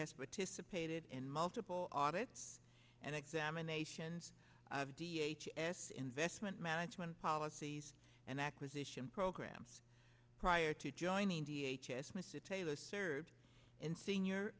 has participated in multiple audits and examinations of v h s investment management policies and acquisition programs prior to joining the h s mr taylor served in senior